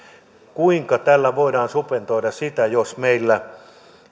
kuinka tällä voidaan subventoida sitä jos meillä